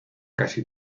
casi